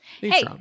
Hey